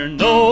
no